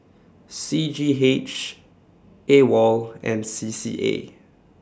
C G H AWOL and C C A